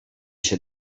się